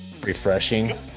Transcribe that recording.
refreshing